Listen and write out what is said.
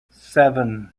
seven